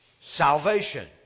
Salvation